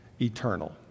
eternal